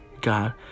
God